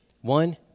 One